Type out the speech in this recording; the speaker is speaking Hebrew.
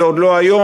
זה עוד לא היום,